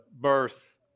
birth